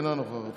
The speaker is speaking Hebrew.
אינה נוכחת,